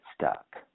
stuck